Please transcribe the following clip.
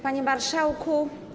Panie Marszałku!